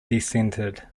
dissented